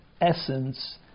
essence